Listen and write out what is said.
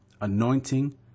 anointing